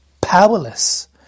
powerless